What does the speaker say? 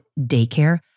daycare